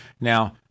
Now